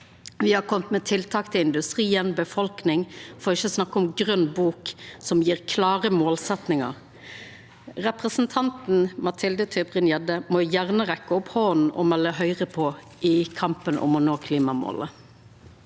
Me har kome med tiltak til industrien, til befolkninga, for ikkje å snakka om grøn bok, som gjev klare målsettingar. Representanten Mathilde TybringGjedde må gjerne rekkja opp handa og melda Høgre på i kampen om å nå klimamålet.